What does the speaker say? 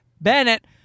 Bennett